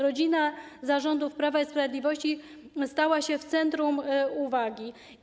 Rodzina za rządów Prawa i Sprawiedliwości stanęła w centrum uwagi.